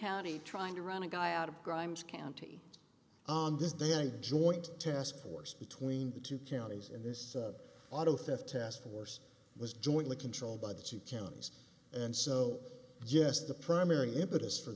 county trying to run a guy out of crimes county on this day the joint task force between the two counties in this auto theft task force was jointly controlled by the chief counties and so yes the primary impetus for